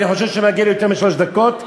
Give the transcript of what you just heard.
אני חושב שמגיעות לי יותר משלוש דקות,